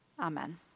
Amen